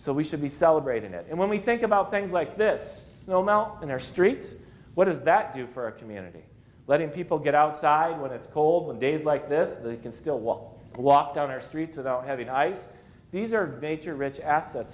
so we should be celebrating it and when we think about things like this you know mount in our streets what does that do for a community letting people get outside with the cold and days like this they can still walk and walk down our streets without having i these are major rich assets